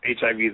HIV